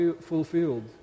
fulfilled